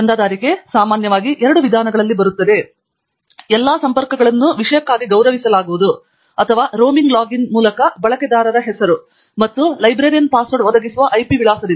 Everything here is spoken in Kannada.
ಚಂದಾದಾರಿಕೆ ಸಾಮಾನ್ಯವಾಗಿ ಎರಡು ವಿಧಾನಗಳಲ್ಲಿ ಬರುತ್ತದೆ ಎಲ್ಲಾ ಸಂಪರ್ಕಗಳನ್ನು ವಿಷಯಕ್ಕಾಗಿ ಗೌರವಿಸಲಾಗುವುದು ಅಥವಾ ರೋಮಿಂಗ್ ಲಾಗಿನ್ ಮೂಲಕ ಬಳಕೆದಾರ ಹೆಸರು ಮತ್ತು ಲೈಬ್ರರಿಯನ್ ಪಾಸ್ವರ್ಡ್ ಒದಗಿಸುವ IP ವಿಳಾಸದಿಂದ